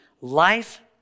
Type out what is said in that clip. life